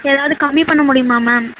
ஏதாவது கம்மி பண்ணமுடியுமா மேம்